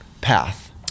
path